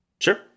Sure